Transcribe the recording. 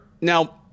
now